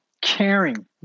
caring